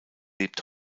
lebt